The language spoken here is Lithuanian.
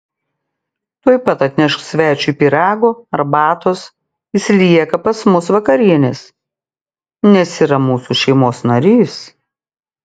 tuoj pat atnešk svečiui pyrago arbatos jis lieka pas mus vakarienės nes yra mūsų šeimos narys